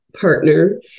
partner